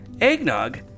eggnog